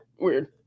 Weird